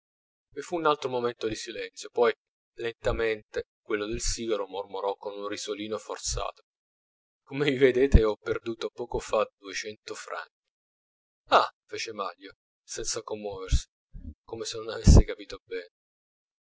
vi fu un altro momento di silenzio poi lentamente quello del sigaro mormorò con un risolino forzato come mi vedete ho perduto poco fa duecento franchi ah fece manlio senza commuoversi come se non avesse capito bene